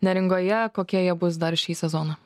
neringoje kokie jie bus dar šį sezoną